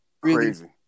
Crazy